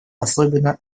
особенно